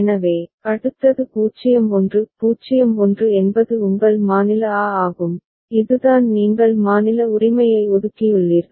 எனவே அடுத்தது 0 1 0 1 என்பது உங்கள் மாநில ஆ ஆகும் இதுதான் நீங்கள் மாநில உரிமையை ஒதுக்கியுள்ளீர்கள்